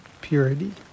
purity